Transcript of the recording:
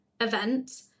event